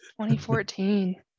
2014